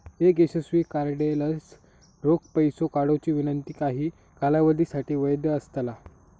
एक यशस्वी कार्डलेस रोख पैसो काढुची विनंती काही कालावधीसाठी वैध असतला